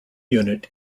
unit